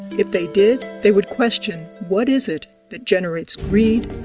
if they did, they would question what is it that generates greed,